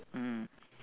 mm